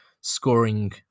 scoring